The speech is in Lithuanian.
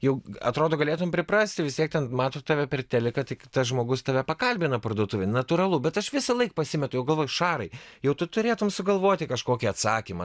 jau atrodo galėtum priprasti vis tiek ten mato tave per teliką tas žmogus tave pakalbina parduotuvėj natūralu bet aš visąlaik pasimetu jau galvoju šarai jau tu turėtum sugalvoti kažkokį atsakymą